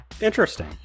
Interesting